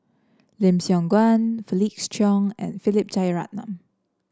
Lim Siong Guan Felix Cheong and Philip Jeyaretnam